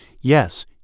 yes